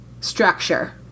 structure